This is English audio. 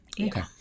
Okay